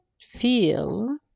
feel